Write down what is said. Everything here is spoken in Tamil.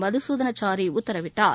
மதுசூதனசாரி உத்தரவிட்டார்